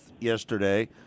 yesterday